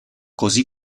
così